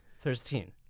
Thirteen